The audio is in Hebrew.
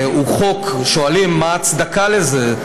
הוא חוק, ושואלים מה ההצדקה לזה: